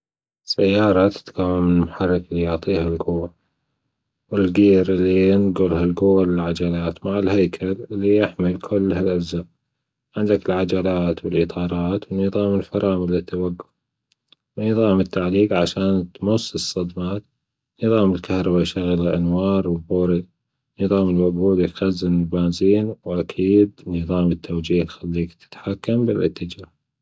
السيارة تتكون من المحرك الي يعطيها الجوة و الجير اللي ينقل هالجوة للعجلات مع الهيكل اللي يحمي كل هي الأجزاء عندك العجلات والاطارات ونظام الفرامل للتوجف ونظام التعليق عشان تمص الصدمات نظام الكهربا يشغل الأنوار نظام الوقود يخزن البنزين ونظام التوجيه يخليك تتحكم بالأتجاهات.